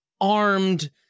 armed